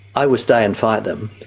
i will stay and fight them.